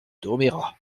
domérat